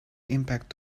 impact